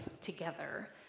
together